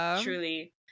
truly